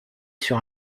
sur